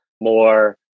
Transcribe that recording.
more